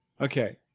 okay